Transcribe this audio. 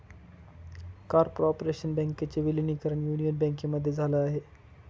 corporation बँकेचे विलीनीकरण Union बँकेमध्ये झाल आहे